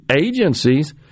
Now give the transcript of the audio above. agencies